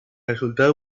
resultado